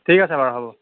ঠিক আছে বাৰু হ'ব